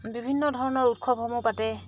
বিভিন্ন ধৰণৰ উৎসৱসমূহ পাতে